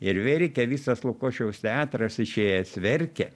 ir verkė visas lukošiaus teatras išėjęs verkė